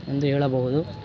ಎಂದು ಹೇಳಬಹುದು